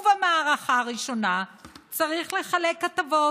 ובמערכה הראשונה צריך לחלק הטבות,